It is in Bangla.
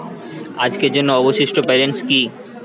আজকের জন্য অবশিষ্ট ব্যালেন্স কি?